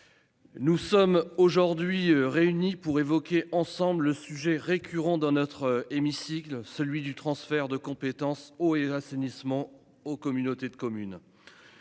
nous sommes aujourd'hui réunis pour évoquer ensemble le sujet, récurrent dans notre hémicycle, du transfert des compétences eau et assainissement aux communautés de communes.